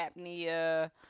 apnea